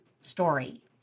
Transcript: story